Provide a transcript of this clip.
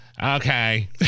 Okay